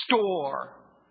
store